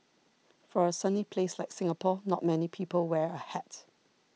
for a sunny place like Singapore not many people wear a hat